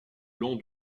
long